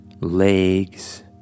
legs